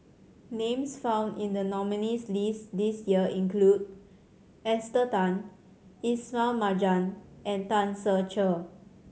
names found in the nominees' list this year include Esther Tan Ismail Marjan and Tan Ser Cher